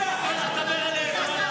לא אתה, תשכנע אותם.